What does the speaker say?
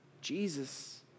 Jesus